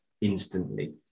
instantly